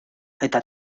eta